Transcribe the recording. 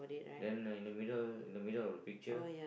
then like in the middle in the middle of the picture